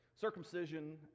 Circumcision